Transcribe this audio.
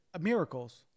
miracles